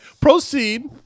Proceed